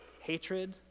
hatred